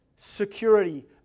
security